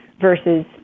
versus